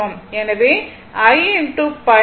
எனவே 1 π 0 முதல் π வரை Im sinθ dθ